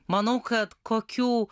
manau kad kokių